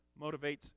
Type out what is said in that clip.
motivates